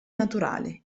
naturale